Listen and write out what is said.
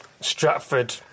Stratford